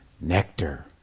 nectar